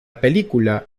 película